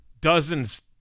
dozens